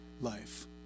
life